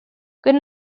good